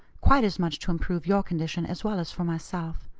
quite as much to improve your condition as well as for myself.